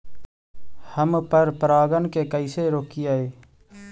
हम पर परागण के कैसे रोकिअई?